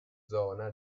zona